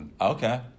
Okay